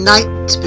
Night